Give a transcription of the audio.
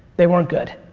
they weren't good.